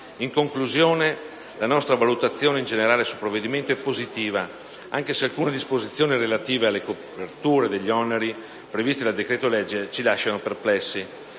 In conclusione, la nostra valutazione in generale sul provvedimento è positiva, anche se alcune disposizioni relative alla copertura degli oneri previsti dal decreto-legge ci lasciano perplessi,